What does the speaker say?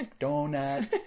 Donut